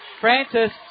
Francis